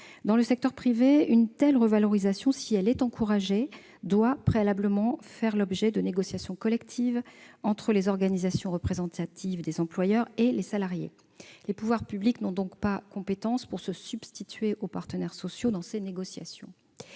Dans le secteur privé, une telle revalorisation, si elle est encouragée, doit préalablement faire l'objet de négociations collectives entre les organisations représentatives des employeurs et les salariés. Les pouvoirs publics n'ont pas compétence pour se substituer aux partenaires sociaux dans ces négociations.